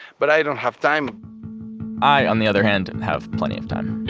but i don't have time i, on the other hand, and have plenty of time